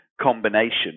combination